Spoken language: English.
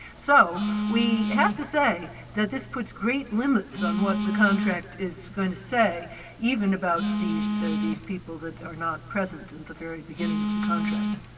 so we have to say that this puts great limits on what the contract is going to say even about these these people that are not present in the very beginning of the contract.